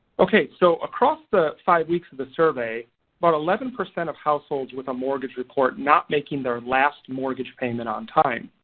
okay. so across the five weeks of the survey about eleven percent of households with a mortgage report not making their last mortgage payment on time.